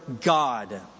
God